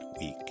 week